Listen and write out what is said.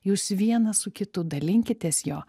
jūs vienas su kitu dalinkitės juo